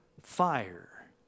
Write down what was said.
fire